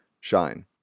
SHINE